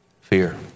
Fear